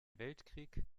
weltkrieg